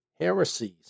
heresies